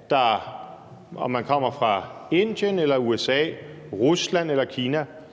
uanset om man kommer fra Indien eller USA, Rusland eller Kina,